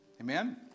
Amen